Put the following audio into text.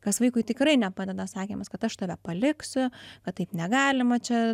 kas vaikui tikrai nepadeda sakymas kad aš tave paliksiu kad taip negalima čia